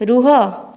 ରୁହ